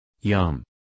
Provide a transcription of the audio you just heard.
Yum